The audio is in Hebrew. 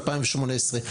וב-2018.